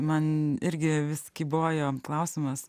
man irgi vis kybojo klausimas